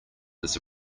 this